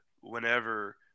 whenever